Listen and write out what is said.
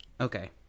Okay